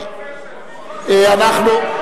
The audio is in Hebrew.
אנחנו,